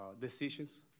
decisions